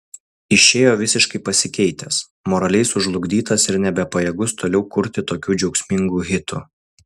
išėjo visiškai pasikeitęs moraliai sužlugdytas ir nebepajėgus toliau kurti tokių džiaugsmingų hitų